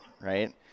right